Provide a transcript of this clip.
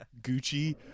Gucci